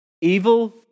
Evil